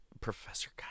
Professor